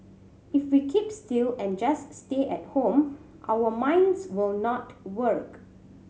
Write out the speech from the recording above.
if we keep still and just stay at home our minds will not work